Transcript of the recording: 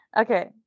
Okay